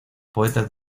poetas